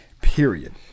period